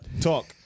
talk